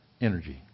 energy